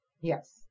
Yes